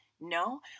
No